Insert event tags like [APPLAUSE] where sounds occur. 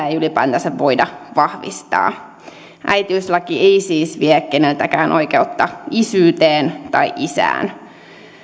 [UNINTELLIGIBLE] ei ylipäätänsä voida vahvistaa äitiyslaki ei siis vie keneltäkään oikeutta isyyteen tai isään